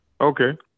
Okay